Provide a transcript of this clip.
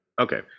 Okay